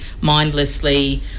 mindlessly